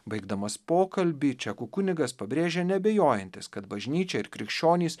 baigdamas pokalbį čekų kunigas pabrėžė neabejojantis kad bažnyčia ir krikščionys